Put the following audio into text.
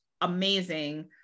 amazing